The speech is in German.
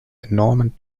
enormen